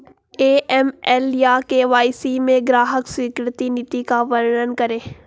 AML या KYC में ग्राहक स्वीकृति नीति का वर्णन करें?